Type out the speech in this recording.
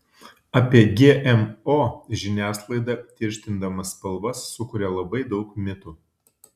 apie gmo žiniasklaida tirštindama spalvas sukuria labai daug mitų